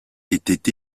étaient